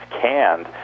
canned